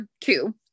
two